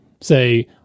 say